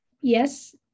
Yes